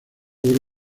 logró